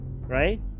right